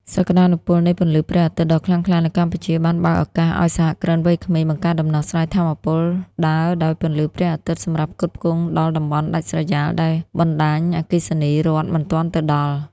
សក្ដានុពលនៃពន្លឺព្រះអាទិត្យដ៏ខ្លាំងក្លានៅកម្ពុជា បានបើកឱកាសឱ្យសហគ្រិនវ័យក្មេងបង្កើតដំណោះស្រាយថាមពលដើរដោយពន្លឺព្រះអាទិត្យ សម្រាប់ផ្គត់ផ្គង់ដល់តំបន់ដាច់ស្រយាលដែលបណ្ដាញអគ្គិសនីរដ្ឋមិនទាន់ទៅដល់។